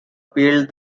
appealed